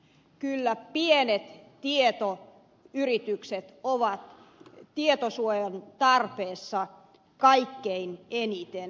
kyllä pienet tietoyritykset ovat tietosuojan tarpeessa kaikkein eniten